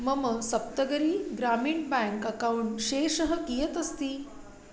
मम Saptagiri Grameena bank account शेषः कियत् अस्ति